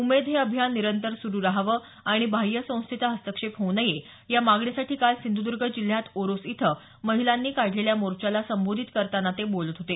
उमेद हे अभियान निरंतर सुरू राहावं आणि बाह्य संस्थेचा हस्तक्षेप होऊ नये या मागणीसाठी काल सिंधूदर्ग जिल्ह्यात ओरोस इथं महिलांनी काढलेल्या मोर्चाला संबोधित करताना ते बोलत होते